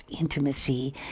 intimacy